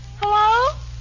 Hello